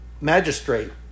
magistrate